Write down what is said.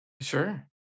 Sure